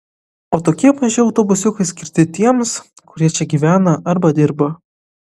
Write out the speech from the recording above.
o tokie maži autobusiukai skirti tiems kurie čia gyvena arba dirba